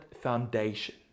foundation